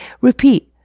repeat